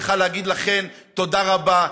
צריכה להגיד לכן תודה רבה,